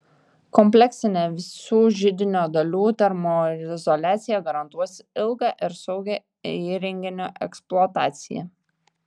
kompleksinė visų židinio dalių termoizoliacija garantuos ilgą ir saugią įrenginio eksploataciją